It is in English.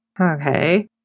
okay